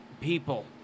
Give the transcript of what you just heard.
people